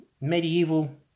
medieval